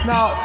Now